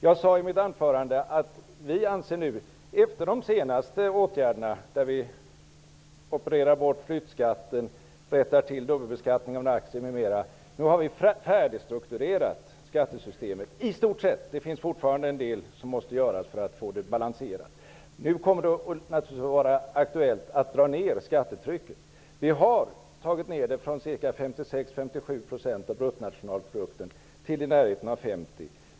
Jag sade i mitt anförande att vi, efter de senaste åtgärderna, där vi opererar bort flyttskatter, rättar till dubbelbeskattning av aktier m.m., nu anser att vi i stort sett har färdigstrukturerat skattesystemet. Det finns fortfarande fel som måste rättas till för att få det balanserat. Nu kommer det naturligtvis att bli aktuellt att få ner skattetrycket. Vi har fått ner det från ca 56--57 % av bruttonationalprodukten till omkring 50 %.